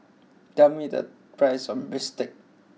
tell me the price of Bistake